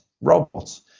robots